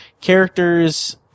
characters